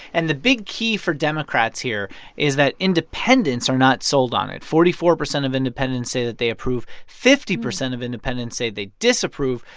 and the big key for democrats here is that independents are not sold on it. forty-four percent of independents say that they approve fifty percent of independents say they disapprove,